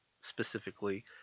specifically